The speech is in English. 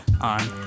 on